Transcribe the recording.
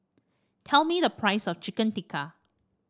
tell me the price of Chicken Tikka